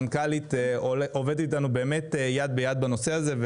המנכ"לית עובדת אתנו יד ביד בנושא הזה,